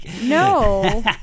No